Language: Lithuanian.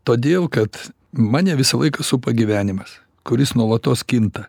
todėl kad mane visą laiką supa gyvenimas kuris nuolatos kinta